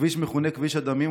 הכביש מכונה "כביש הדמים",